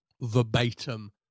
verbatim